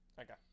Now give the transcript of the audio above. Okay